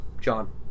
John